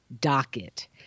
docket